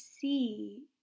see